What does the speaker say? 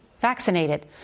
vaccinated